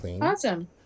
Awesome